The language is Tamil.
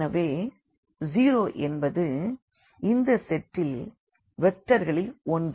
எனவே 0 என்பது இந்த செட்டில் வெக்டர்களில் ஒன்று